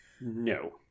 No